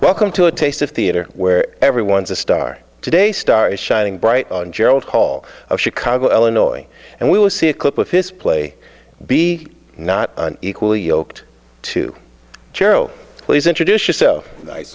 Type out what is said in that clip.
welcome to a taste of theatre where everyone's a star today star is shining bright on gerald call chicago illinois and we will see a clip of his play be not equally yoked to carol please introduce yourself nice